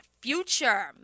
future